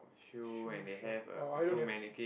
shoe shop oh I don't have